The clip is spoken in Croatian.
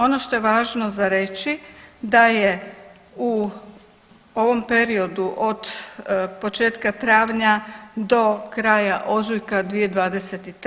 Ono što je važno za reći da je u ovom periodu od početka travnja do kraja ožujka 2023.